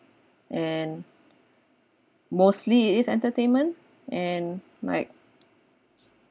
and mostly it is entertainment and like